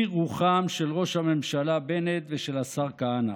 זוהי רוחם של ראש הממשלה בנט ושל השר כהנא.